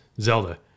Zelda